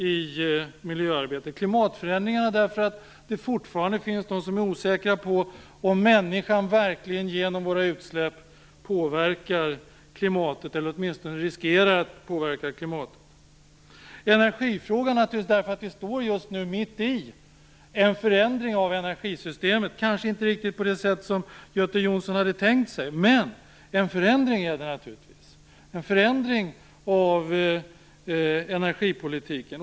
När det gäller klimatförändringarna finns det fortfarande de som är osäkra på om människan verkligen genom de utsläpp som förekommer påverkar klimatet, eller åtminstone riskerar att påverka klimatet. I energifrågan är vi just nu mitt uppe i en förändring av energisystemet - kanske inte riktigt på det sätt som Göte Jonsson hade tänkt sig, men det är ändå en förändring av energipolitiken.